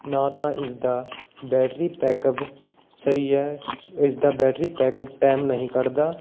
ਨਾ ਤਾਂ ਇਸਦਾ ਬੈਟਰੀ ਬੈਕਅੱਪ ਸਹੀ ਹੈ ਇਸਦਾ ਬੈਟਰੀ ਬੈਕਅੱਪ ਟੈਮ ਨਹੀਂ ਕੱਢਦਾ